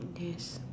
there's